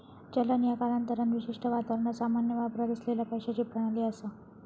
चलन ह्या कालांतरान विशिष्ट वातावरणात सामान्य वापरात असलेला पैशाची प्रणाली असा